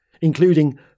including